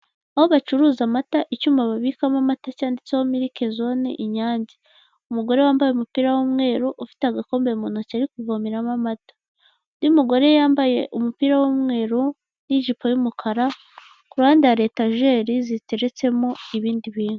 Aho bacuruza amata, icyuma babikamo amata cyanditseho miriki zone Inyange, umugore wambaye umupira w'umweru ufite agakombe mu ntoki uri kuvomeramo amata, undi mugore yambaye umupira w'umweru n'ijipo y'umukara ku ruhande hari etajeri ziteretsemo ibindi bintu.